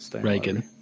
Reagan